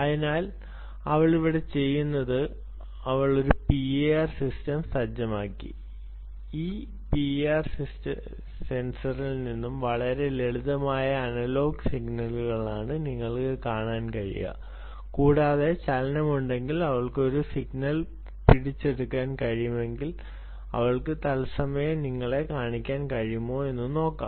അതിനാൽ ഇവിടെ ചെയ്തത് അവൾ ഒരു പിഐആർ സിസ്റ്റം സജ്ജമാക്കി ഈ പിആർ സെൻസറിൽ നിന്നും വളരെ ലളിതമായ അനലോഗ് സിഗ്നലാണ് നിങ്ങൾക്ക് കാണാൻ കഴിയുക കൂടാതെ ചലനമുണ്ടെങ്കിൽ അവൾക്ക് ഈ സിഗ്നൽ പിടിച്ചെടുക്കാൻ കഴിയുമെങ്കിൽ തത്സമയം നിങ്ങളെ കാണിക്കാൻ കഴിയുമോ എന്ന് നോക്കാം